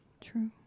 True